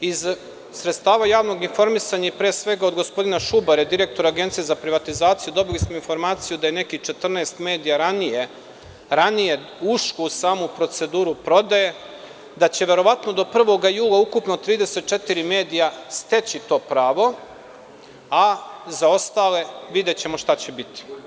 Iz sredstava javnog informisanja, pre svega od gospodina Šubare, direktora Agencije za privatizaciju, dobili smo informaciju da je nekih 14 medija ranije ušlo u samu proceduru prodaje, da će verovatno do 1. jula ukupno 34 medija steći to pravo, a za ostale videćemo šta će biti.